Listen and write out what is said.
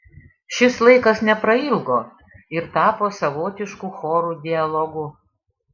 šis laikas neprailgo ir tapo savotišku chorų dialogu